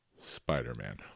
Spider-Man